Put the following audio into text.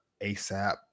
ASAP